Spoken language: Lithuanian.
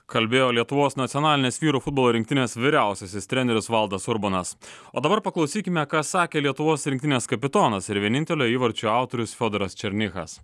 kalbėjo lietuvos nacionalinės vyrų futbolo rinktinės vyriausiasis treneris valdas urbonas o dabar paklausykime ką sakė lietuvos rinktinės kapitonas ir vienintelio įvarčio autorius fiodoras černychas